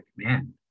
command